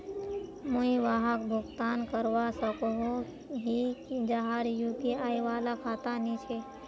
मुई वहाक भुगतान करवा सकोहो ही जहार यु.पी.आई वाला खाता नी छे?